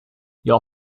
your